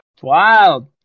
wild